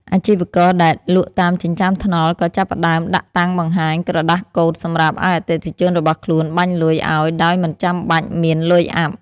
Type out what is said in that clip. អាជីវករដែលលក់តាមចិញ្ចើមថ្នល់ក៏ចាប់ផ្តើមដាក់តាំងបង្ហាញក្រដាសកូដសម្រាប់ឱ្យអតិថិជនរបស់ខ្លួនបាញ់លុយអោយដោយមិនចាំបាច់មានលុយអាប់។